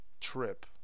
trip